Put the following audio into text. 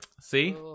see